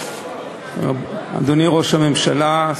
אדוני ראש הממשלה,